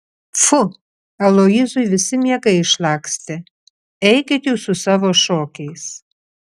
pfu aloyzui visi miegai išlakstė eikit jūs su savo šokiais